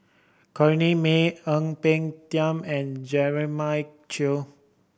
Corrinne May Ang Peng Tiam and Jeremiah Choy